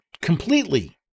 completely